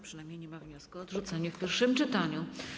Przynajmniej nie ma wniosku o odrzucenie w pierwszym czytaniu.